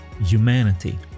humanity